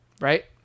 right